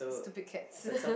stupid cats